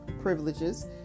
privileges